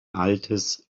altes